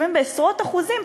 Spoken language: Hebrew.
לפעמים בעשרות אחוזים,